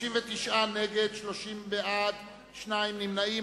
59 נגד, 30 בעד, שניים נמנעים.